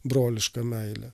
broliška meilė